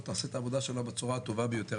תעשה את העבודה שלה בצורה הטובה ביותר.